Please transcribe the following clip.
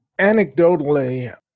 anecdotally